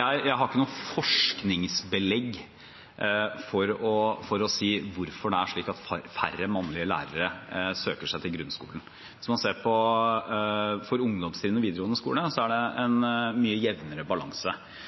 har ikke noe forskningsbelegg for å si hvorfor færre mannlige lærere søker seg til grunnskolen. Hvis man ser på ungdomstrinnet og videregående skole, er det en mye jevnere